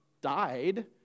died